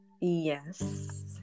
Yes